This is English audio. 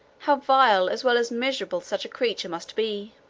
how vile, as well as miserable, such a creature must be.